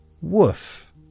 Woof